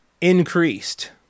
increased